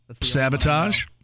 Sabotage